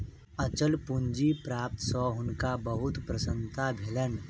अचल पूंजी प्राप्ति सॅ हुनका बहुत प्रसन्नता भेलैन